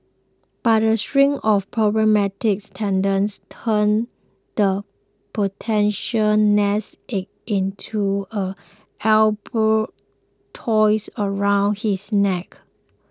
but a string of problematic tenants turned the potential nest egg into a albatross around his neck